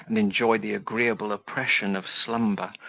and enjoy the agreeable oppression of slumber,